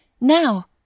now